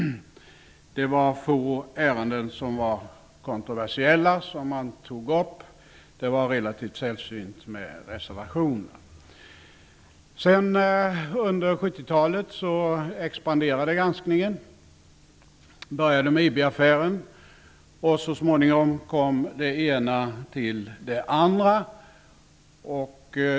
Det var få ärenden som man tog upp som var kontroversiella. Det var relativt sällsynt med reservationer. Under 70-talet expanderade granskningen. Det började med IB-affären och så småningom lades det ena till det andra.